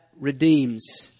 redeems